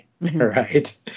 right